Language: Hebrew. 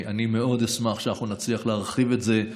אני מאוד אשמח שאנחנו נצליח להרחיב את זה.